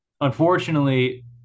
unfortunately